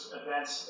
events